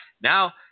Now